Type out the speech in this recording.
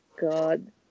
god